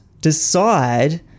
decide